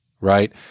right